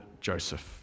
Joseph